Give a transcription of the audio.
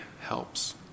helps